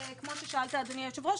כמו ששאלת אדוני היושב-ראש,